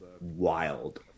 wild